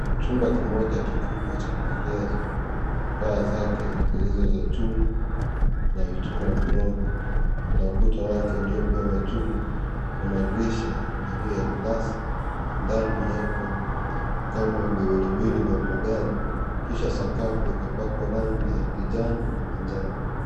Jumba kimoja cha kikubwa cha maegezo. Paa zake zilizo za juma na vijuma vidogo na ukuta wake huliyo pia wa juma na madirisha yaliyo ya ya glasi ndani yawekwa kama viwiliwili ya magari kisha sakafu yapakwa rangi ya kijani na manjano